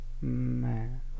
man